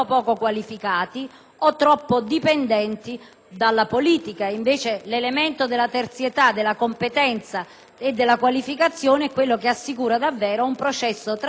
dalla politica. Invece, l'elemento della terzietà, della competenza e della qualificazione è quello che assicura davvero un processo trasparente di valutazione e di competenze.